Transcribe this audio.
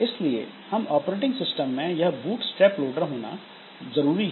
इसलिए इस operating system में यह बूटस्ट्रैप लोडर होना जरूरी है